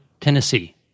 Tennessee